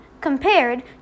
compared